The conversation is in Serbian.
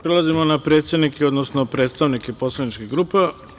Prelazimo na predsednike, odnosno predstavnike poslaničkih grupa.